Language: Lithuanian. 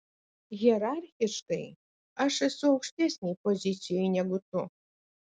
hierarchiškai aš esu aukštesnėj pozicijoj negu tu